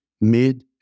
mid